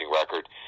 record